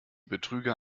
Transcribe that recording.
betrüger